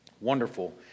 wonderful